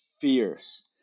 fierce